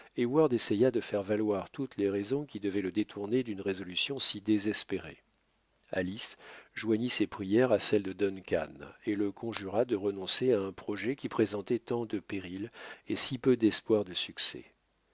essaya de faire valoir toutes les raisons qui devaient le détourner d'une résolution si désespérée alice joignit ses prières à celles de duncan et le conjura de renoncer à un projet qui présentait tant de périls et si peu d'espoir de succès